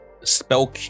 spell